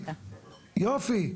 יופי.